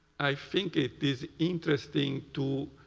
i think it is interesting to,